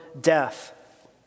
death